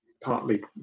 partly